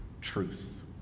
Truth